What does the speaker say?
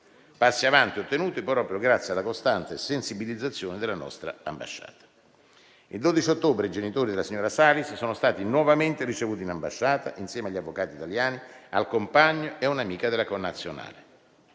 passi avanti ottenuti proprio grazie alla costante sensibilizzazione della nostra ambasciata. Il 12 ottobre i genitori della signora Salis sono stati nuovamente ricevuti in ambasciata insieme agli avvocati italiani, al compagno e un'amica della connazionale.